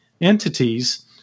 entities